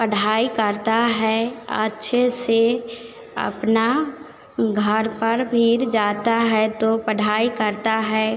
पढ़ाई करता है और अच्छे से अपना घर पर फिर जाता है तो वो पढ़ाई करता है